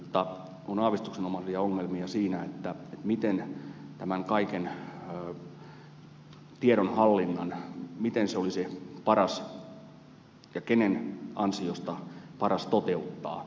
mutta on aavistuksenomaisia ongelmia siinä miten tämän kaiken tiedon hallinta olisi paras ja kenen ansiosta paras toteuttaa